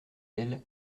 elle